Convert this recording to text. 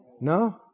No